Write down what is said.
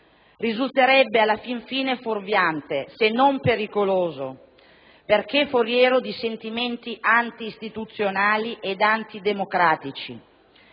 risulterebbe alla fin fine fuorviante, se non pericolosa, perché foriera di sentimenti antistituzionali ed antidemocratici.